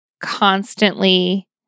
constantly